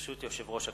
ברשות יושב-ראש הכנסת,